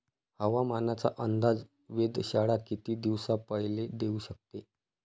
हवामानाचा अंदाज वेधशाळा किती दिवसा पयले देऊ शकते?